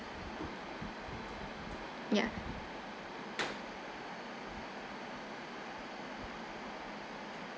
ya